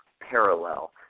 parallel